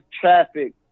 traffic